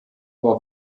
war